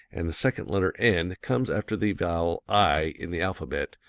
and the second letter, n, comes after the vowel i in the alphabet,